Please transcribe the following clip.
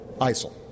ISIL